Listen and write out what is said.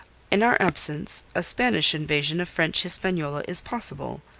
in our absence, a spanish invasion of french hispaniola is possible.